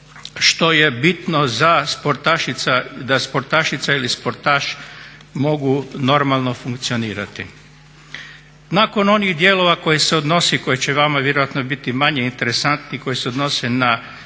što je bitno za sportaše, da sportašica ili sportaš mogu normalno funkcionirati. Nakon onih dijelova koji se odnosi, koji će vama biti vjerojatno manje interesantni koji se odnose na